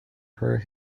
her